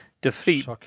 defeat